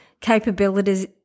capabilities